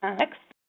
next.